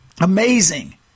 Amazing